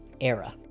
era